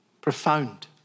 Profound